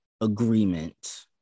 agreement